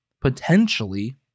potentially